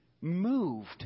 moved